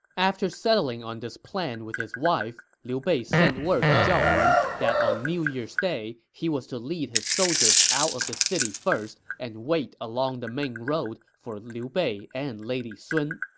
after settling on this plan with his wife, liu bei sent word to zhao yun that on new year's day, he was to lead his soldiers out of the city first and wait along the main road for liu bei and lady sun